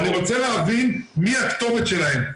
אני רוצה להבין מי הכתובת שלהם.